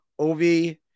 Ovi